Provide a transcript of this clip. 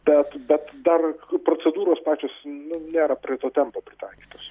bet bet dar procedūros pačios nu nėra prie to tempo pritaikytos